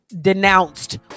denounced